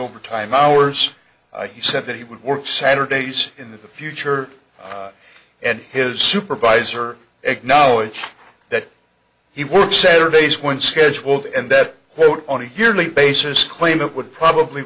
overtime hours i said that he would work saturdays in the future and his supervisor acknowledge that he work saturdays when scheduled and that on a yearly basis claim it would probably